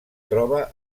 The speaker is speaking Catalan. troba